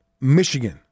Michigan